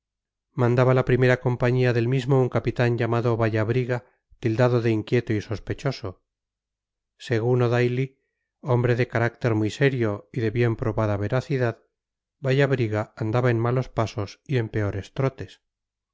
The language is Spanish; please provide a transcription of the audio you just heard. mandaba la primera compañía del mismo un capitán llamado vallabriga tildado de inquieto y sospechoso según o'daly hombre de carácter muy serio y de bien probada veracidad vallabriga andaba en malos pasos y en peores trotes